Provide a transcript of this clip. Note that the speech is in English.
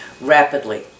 rapidly